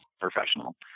professional